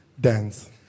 dance